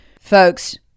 folks